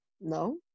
no